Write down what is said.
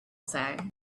say